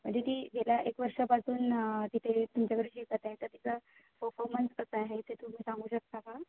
म्हणजे ती गेल्या एक वर्षापासून तिथे तुमच्याकडे शिकत आहे तर तिचं परफॉर्मन्स कसं आहे ते तुम्ही सांगू शकता का